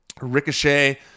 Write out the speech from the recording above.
Ricochet